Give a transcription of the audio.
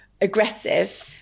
aggressive